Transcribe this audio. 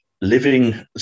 living